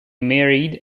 married